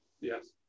Yes